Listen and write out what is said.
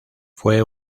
fue